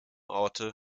orte